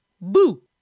Boo